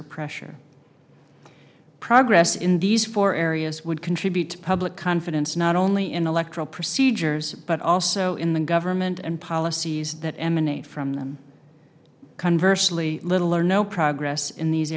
or pressure progress in these four areas would contribute to public confidence not only in electoral procedures but also in the government and policies that emanate from them conversely little or no progress in these